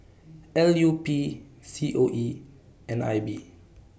L U P C O E and I B